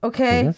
Okay